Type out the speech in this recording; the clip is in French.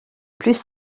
plus